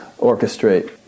orchestrate